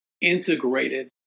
integrated